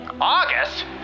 August